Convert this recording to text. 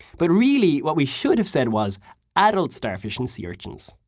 but really what we should have said was adult starfish and sea urchins.